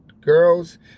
Girls